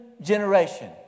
generation